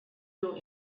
true